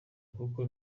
kuko